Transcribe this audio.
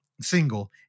Single